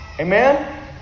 Amen